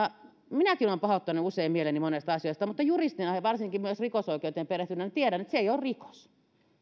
minäkin olen pahoittanut usein mieleni monesta asiasta mutta juristina ja varsinkin rikosoikeuteen perehtyneenä tiedän että se ei ole rikos